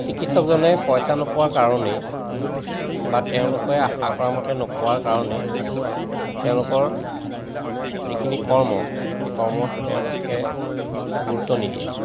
চিকিৎসকজনে পইচা নোপোৱাৰ কাৰণেই বা তেওঁলোকে আশা কৰা মতে নোপোৱাৰ কাৰণেই তেওঁলোকৰ যিখিনি কৰ্ম সেই কৰ্মত তেওঁলোকে গুৰুত্ব নিদিয়ে